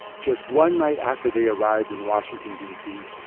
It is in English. just one night after they arrived in washington, d c,